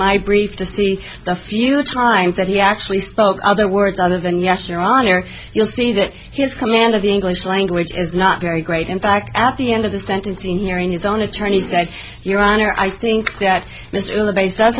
my brief to see a few times that he actually spoke other words other than yes your honor you'll see that his command of the english language is not very great in fact at the end of the sentencing hearing his own attorney said your honor i think that